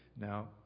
now